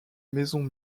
maison